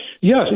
yes